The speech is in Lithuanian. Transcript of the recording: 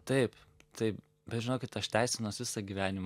taip tai bet žinokit aš teisinuos visą gyvenimą